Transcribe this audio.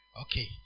Okay